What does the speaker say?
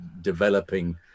developing